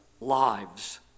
lives